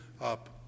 up